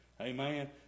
Amen